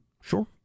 Sure